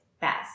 best